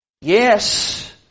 Yes